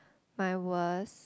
my was